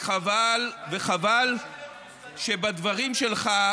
וחבל שבדברים שלך